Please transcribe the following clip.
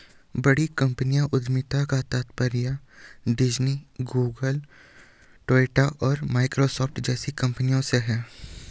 बड़ी कंपनी उद्यमिता का तात्पर्य डिज्नी, गूगल, टोयोटा और माइक्रोसॉफ्ट जैसी कंपनियों से है